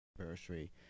anniversary